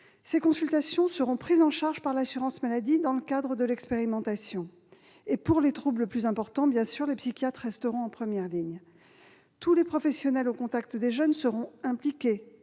Ces consultations seront prises en charge par l'assurance maladie dans le cadre de l'expérimentation. Pour des troubles plus importants, les psychiatres resteront en première ligne. Tous les professionnels au contact des jeunes seront impliqués